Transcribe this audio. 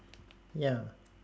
ya